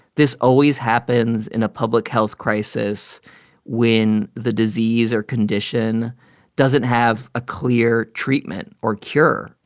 this always happens in a public health crisis when the disease or condition doesn't have a clear treatment or cure.